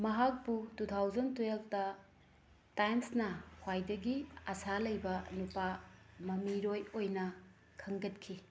ꯃꯍꯥꯛꯄꯨ two thousand ꯇꯨꯌꯦꯜꯄꯇ ꯇꯥꯏꯝꯁꯅ ꯈ꯭ꯋꯥꯏꯗꯒꯤ ꯑꯁꯥ ꯂꯩꯕ ꯅꯨꯄꯥ ꯃꯃꯤꯔꯣꯏ ꯑꯣꯏꯅ ꯈꯟꯒꯠꯈꯤ